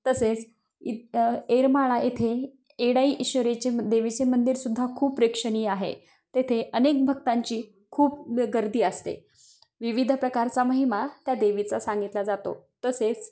तसेच इथे एरमाळा येथे एडाई ईश्वरीचे देवीचे मंदिरसुद्धा खूप प्रेक्षणीय आहे तेथे अनेक भक्तांची खूप गर्दी असते विविध प्रकारचा महिमा त्या देवीचा सांगितला जातो तसेच